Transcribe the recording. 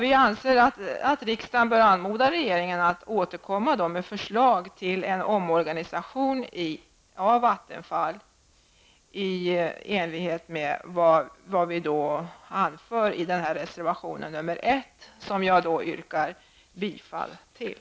Vi anser att riksdagen bör anmoda regeringen att återkomma med förslag till en omorganisation av Vattenfall i enlighet med vad vi anför i reservation 1, som jag yrkar bifall till.